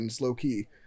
low-key